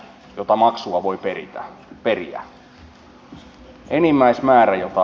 enimmäismäärän jota maksua voi periä